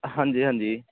ਹਾਂਜੀ ਹਾਂਜੀ